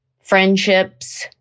Friendships